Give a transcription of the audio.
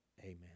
Amen